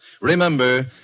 Remember